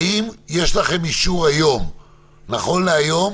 האם יש לכם אישור נכון להיום